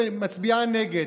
ומצביעה נגד.